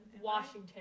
Washington